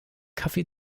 kaffee